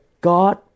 God